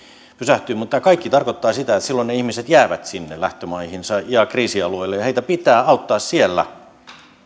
pysähtyy mutta tämä kaikki tarkoittaa sitä että silloin ne ihmiset jäävät sinne lähtömaihinsa ja kriisialueille ja heitä pitää auttaa siellä